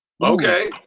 okay